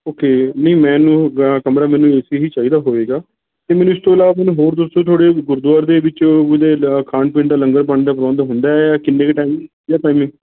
okay ਨਹੀਂ ਮੈਨੂੰ ਕਮਰਾ ਮੈਨੂੰ ਏ ਸੀ ਹੀ ਚਾਹੀਦਾ ਹੋਵੇਗਾ ਅਤੇ ਮੈਨੂੰ ਇਸ ਤੋਂ ਇਲਾਵਾ ਮੈਨੂੰ ਹੋਰ ਦੱਸੋ ਤੁਹਾਡੇ ਗੁਰਦੁਆਰੇ ਦੇ ਵਿੱਚ ਖਾਣ ਪੀਣ ਦਾ ਲੰਗਰ ਪਾਣੀ ਦਾ ਪ੍ਰਬੰਧ ਹੁੰਦਾ ਹੈ ਜਾਂ ਕਿੰਨੇ ਕੁ ਟਾਈਮ ਜਾਂ ਟਾਈਮਿੰਗ